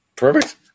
Perfect